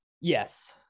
Yes